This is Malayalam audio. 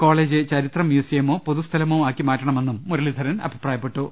കോളേജ് ചരിത്ര മ്യൂസിയമോ പൊതു സ്ഥലമോ ആക്കി മാറ്റണമെന്നും മുരളീധരൻ അഭിപ്രായപ്പെ ട്ടു